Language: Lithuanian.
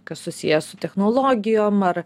kas susiję su technologijom ar